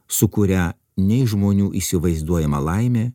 sukuria nei žmonių įsivaizduojama laimė